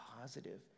positive